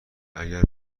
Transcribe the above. اگر